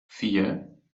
vier